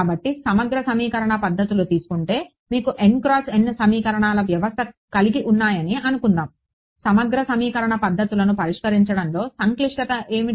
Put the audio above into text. కాబట్టి సమగ్ర సమీకరణ పద్ధతులు తీసుకుంటే మీకు సమీకరణాల వ్యవస్థను కలిగి ఉన్నాయని అనుకుందాం సమగ్ర సమీకరణ పద్ధతులను పరిష్కరించడంలో సంక్లిష్టత ఏమిటి